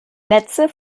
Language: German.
netze